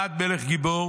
ועמד מלך גבור"